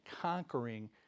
conquering